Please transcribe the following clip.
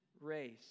race